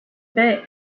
bay